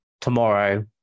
tomorrow